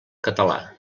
català